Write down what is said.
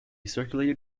circulated